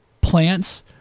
Plants